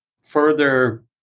further